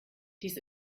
dies